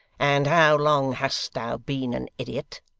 and how long hast thou been an idiot